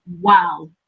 Wow